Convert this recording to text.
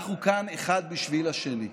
אנחנו כאן אחד בשביל השני.